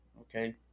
Okay